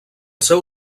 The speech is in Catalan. seu